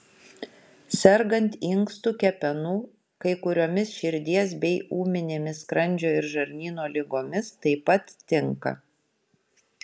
sergant inkstų kepenų kai kuriomis širdies bei ūminėmis skrandžio ir žarnyno ligomis taip pat tinka